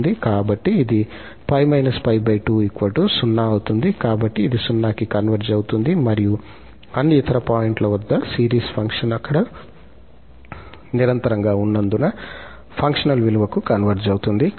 కాబట్టి ఇది అవుతుంది కాబట్టి ఇది 0 కి కన్వర్జ్ అవుతుంది మరియు అన్ని ఇతర పాయింట్ల వద్ద సిరీస్ ఫంక్షన్ అక్కడ నిరంతరంగా ఉన్నందున ఫంక్షనల్ విలువకు కన్వర్జ్ అవుతుంది